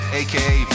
aka